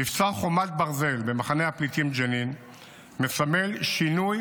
מבצע חומת ברזל במחנה הפליטים ג'נין מסמל שינוי